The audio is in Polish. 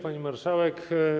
Pani Marszałek!